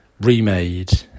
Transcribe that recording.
remade